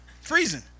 Freezing